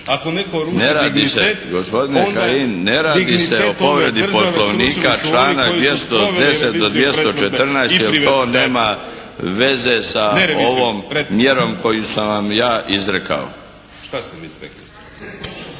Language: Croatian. /Govornici govore uglas, ne razumije se./ … povredi Poslovnika članak 210. do 214. jer to nema veze sa ovom mjerom koju sam vam ja izrekao.